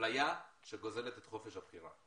אפליה שגוזלת את חופש הבחירה.